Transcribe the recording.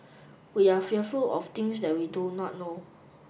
we are fearful of things that we do not know